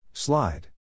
Slide